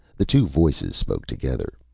the two voices spoke together.